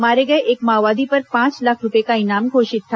मारे गए एक माओवादी पर पांच लाख रूपये का इनाम घोषित था